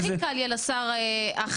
הכי קל יהיה לשר אחר,